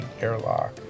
airlock